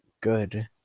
good